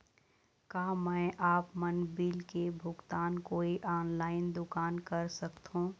का मैं आपमन बिल के भुगतान कोई ऑनलाइन दुकान कर सकथों?